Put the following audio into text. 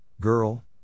Girl